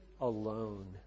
alone